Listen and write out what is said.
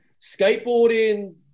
Skateboarding